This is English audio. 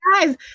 guys